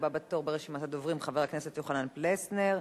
הבא בתור ברשימת הדוברים, חבר הכנסת יוחנן פלסנר,